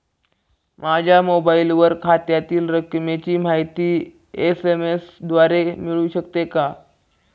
माझ्या मोबाईलवर खात्यातील रकमेची माहिती एस.एम.एस द्वारे मिळू शकते का?